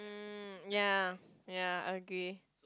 mm ya ya agree